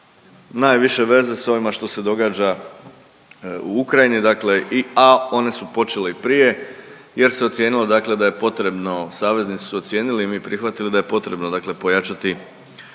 najviše veze s ovima što se događa u Ukrajini, a oni su počeli prije jer se ocijenilo da je potrebno saveznici su ocijenili i mi prihvatili da je potrebno pojačati,